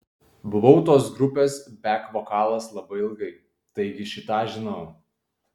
buvau tos grupės bek vokalas labai ilgai taigi šį tą žinau